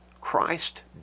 Christ